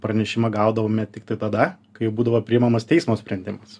pranešimą gaudavome tiktai tada kai jau būdavo priimamas teismo sprendimas